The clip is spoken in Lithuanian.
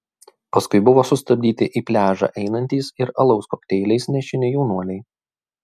paskui buvo sustabdyti į pliažą einantys ir alaus kokteiliais nešini jaunuoliai